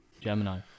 Gemini